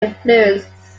influence